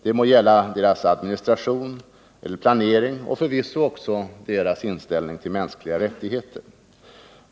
Det må gälla deras administration eller planering och förvisso också deras inställning till mänskliga rättigheter.